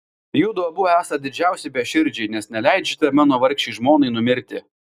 judu abu esat didžiausi beširdžiai nes neleidžiate mano vargšei žmonai numirti